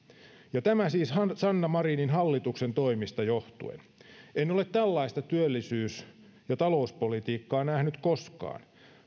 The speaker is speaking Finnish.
ja tämä siis sanna marinin hallituksen toimista johtuen en ole tällaista työllisyys ja talouspolitiikkaa nähnyt koskaan